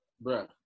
bro